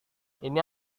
ini